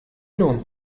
lohnt